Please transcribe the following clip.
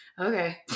okay